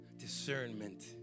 Discernment